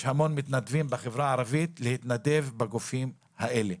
יש המון מתנדבים בחברה הערבית להתנדב בגופים האלה.